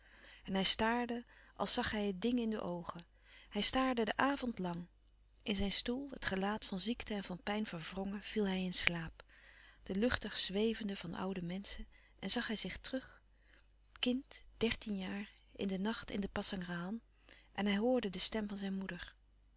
en hij staarde als zag hij het ding in de oogen hij staarde den avond lang in zijn stoel het gelaat van ziekte en van pijn verwrongen viel hij in slaap de luchtig zwevende van oude menschen en zag hij zich terug kind dertien jaren in den nacht in de pasangrahan en hij hoorde de stem van zijn moeder